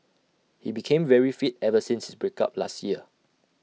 he became very fit ever since break up last year